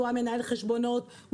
מנהל החשבונות,